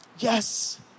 Yes